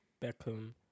Beckham